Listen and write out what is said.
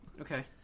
Okay